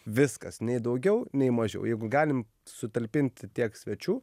viskas nei daugiau nei mažiau jeigu galim sutalpinti tiek svečių